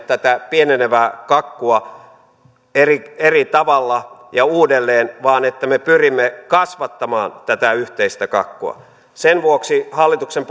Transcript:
tätä pienenevää kakkua eri eri tavalla ja uudelleen vaan että me pyrimme kasvattamaan tätä yhteistä kakkua sen vuoksi hallituksen